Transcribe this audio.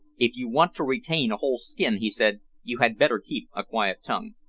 if you want to retain a whole skin, he said, you had better keep a quiet tongue.